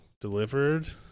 delivered